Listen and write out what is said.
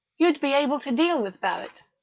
you'd be able to deal with barrett.